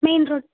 main road